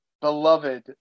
beloved